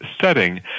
setting